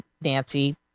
Nancy